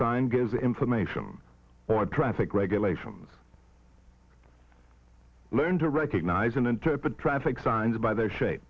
sign gives the information traffic regulations learn to recognize an interpreter traffic signs by their shape